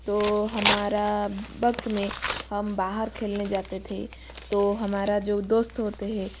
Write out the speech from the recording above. तो हमारा वक्त में हम बाहर खेलने जाते थे तो हमारा जो दोस्त होते है